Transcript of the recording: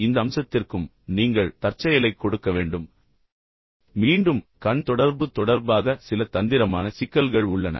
எனவே இந்த அம்சத்திற்கும் நீங்கள் தற்செயலைக் கொடுக்க வேண்டும் இப்போது மீண்டும் கண் தொடர்பு தொடர்பாக சில தந்திரமான சிக்கல்கள் உள்ளன